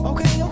Okay